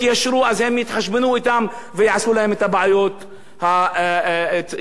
ויעשו להם את הבעיות שהממשלה הזאת רוצה.